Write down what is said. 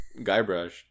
Guybrush